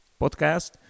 podcast